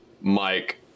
Mike